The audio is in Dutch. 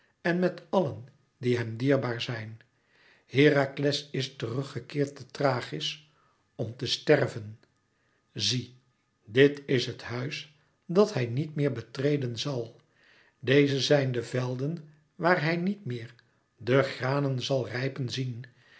en met allen die hem dierbaar zijn herakles is terug gekeerd te thrachis om te sterven zie dit is het huis dat hij niet meer betreden zal deze zijn de velden waar hij niet meer de granen zal rijpen zien